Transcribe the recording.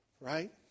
Right